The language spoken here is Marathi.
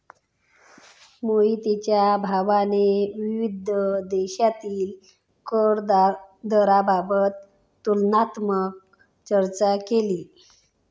मोहितच्या भावाने विविध देशांतील कर दराबाबत तुलनात्मक चर्चा केली